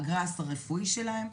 הגראס הרפואי שלהם,